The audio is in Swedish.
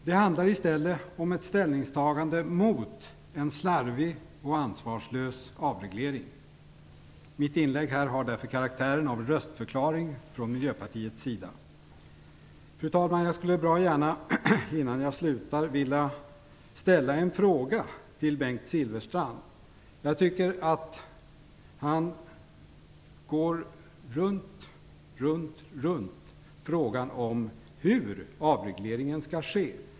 Det handlar i stället om ett ställningstagande mot en slarvig och ansvarslös avreglering. Mitt inlägg här har därför karaktären av röstförklaring från Miljöpartiets sida. Fru talman! Jag skulle vilja ställa en fråga till Bengt Silfverstrand innan jag slutar. Jag tycker att han går runt, runt frågan om hur avregleringen skall ske.